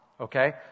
Okay